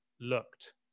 looked